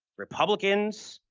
republicans,